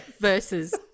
versus